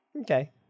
Okay